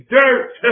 dirt